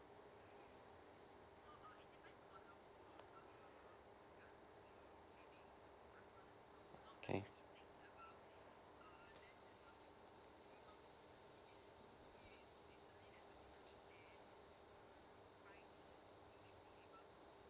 okay